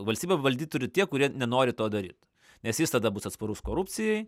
valstybę valdyt turi tie kurie nenori to daryt nes jis tada bus atsparus korupcijai